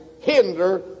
hinder